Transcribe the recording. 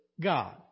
God